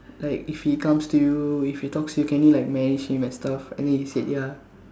like if he comes to you if he talks to you can you like manage him and stuff and then he say ya